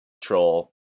Troll